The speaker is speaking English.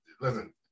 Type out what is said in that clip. listen